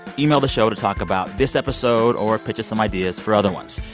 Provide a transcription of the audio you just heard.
email the show to talk about this episode or pitch us some ideas for other ones.